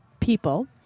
people